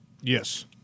yes